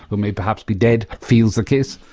who may perhaps be dead, feels the kiss?